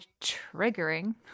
triggering